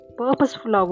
purposeful